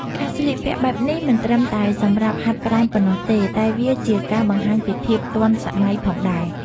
ការស្លៀកពាក់បែបនេះមិនត្រឹមតែសម្រាប់ហាត់ប្រាណប៉ុណ្ណោះទេ តែវាជាការបង្ហាញពីភាពទាន់សម័យផងដែរ។